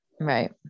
Right